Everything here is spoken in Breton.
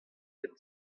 ken